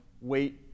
wait